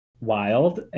wild